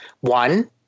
one